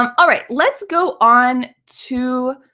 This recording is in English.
um all right, let's go on to